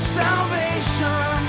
salvation